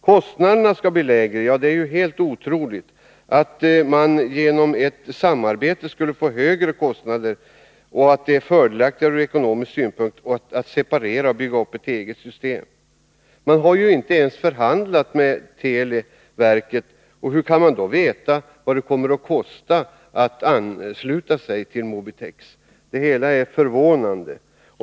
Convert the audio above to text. Kostnaderna blir lägre med ett eget system, enligt Vattenfall. Det är helt otroligt att man genom ett samarbete skulle få högre kostnader och att det är fördelaktigare ur ekonomisk synpunkt att separera och bygga upp ett eget system. Man har ju inte ens förhandlat med televerket. Hur kan man då veta vad det kommer att kosta att ansluta sig till Mobitex? Det hela är förvånande.